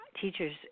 teachers